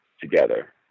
together